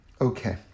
Okay